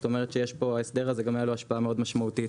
זאת אומרת שלהסדר הזה הייתה השפעה משמעותית